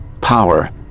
power